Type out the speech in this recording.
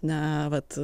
na vat